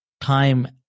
time